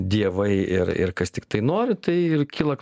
dievai ir ir kas tiktai nori tai ir kyla